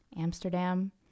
Amsterdam